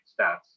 stats